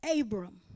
abram